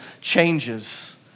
changes